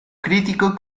crítico